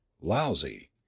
Lousy